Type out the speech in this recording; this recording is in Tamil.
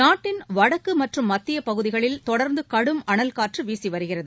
நாட்டின் வடக்கு மற்றும் மத்திய பகுதிகளில் தொடர்ந்து கடும் அளல் காற்று வீசி வருகிறது